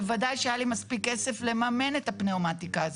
בוודאי שהיה לי מספיק כסף לממן את הפנאומטיקה הזאת.